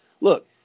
Look